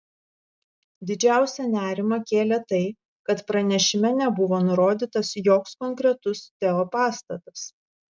didžiausią nerimą kėlė tai kad pranešime nebuvo nurodytas joks konkretus teo pastatas